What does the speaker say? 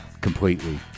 completely